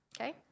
Okay